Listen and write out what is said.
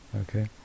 Okay